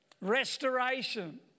restoration